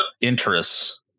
interests